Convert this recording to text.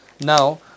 now